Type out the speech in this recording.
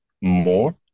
more